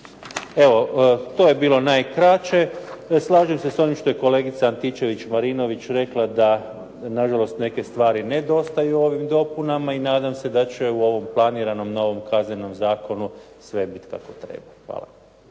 Evo, to je bilo najkraće. Slažem se s onim što je kolegica Antičević Marinović rekla da na žalost neke stvari nedostaju u ovim dopunama i nadam se da će u ovom planiranom novom Kaznenom zakonu sve biti kako treba. Hvala.